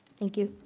thank you.